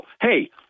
Hey